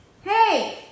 Hey